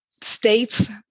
States